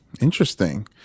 Interesting